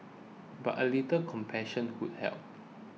but a little compassion would help